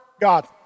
God